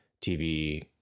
tv